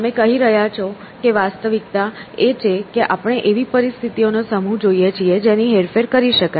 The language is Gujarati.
તમે કહી રહ્યા છો કે વાસ્તવિકતા એ છે કે આપણે એવી પરિસ્થિતિઓનો સમૂહ જોઈએ છે જેની હેરફેર કરી શકાય